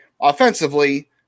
offensively